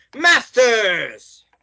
Masters